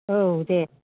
औ दे